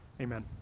Amen